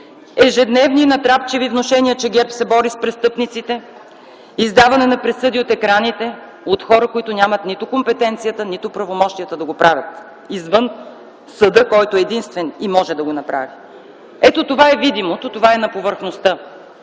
ежедневни натрапчиви внушения, че ГЕРБ се бори с престъпниците, издаване на присъди от екраните от хора, които нямат нито компетенцията, нито правомощията да го правят, извън съда, който единствен може да го направи. Ето това е видимото, това е на повърхността,